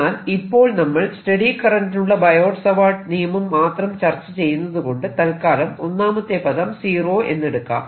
എന്നാൽ ഇപ്പോൾ നമ്മൾ സ്റ്റെഡി കറന്റിനുള്ള ബയോട്ട് സാവർട്ട് നിയമം മാത്രം ചർച്ച ചെയ്യുന്നതുകൊണ്ട് തല്ക്കാലം ഒന്നാമത്തെ പദം സീറോ എന്ന് എടുക്കാം